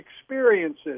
experiences